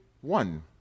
one